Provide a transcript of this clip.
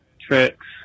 tricks